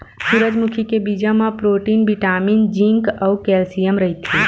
सूरजमुखी के बीजा म प्रोटीन, बिटामिन, जिंक अउ केल्सियम रहिथे